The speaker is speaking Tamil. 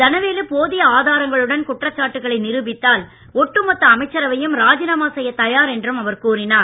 தனவேலு போதிய ஆதாரங்களுடன் குற்றச் சாட்டுகளை நிரூபித்தால் ஒட்டுமொத்த அமைச்சரவையும் ராஜிநாமா செய்யத் தயார் என்றும் அவர் கூறினார்